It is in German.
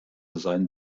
seien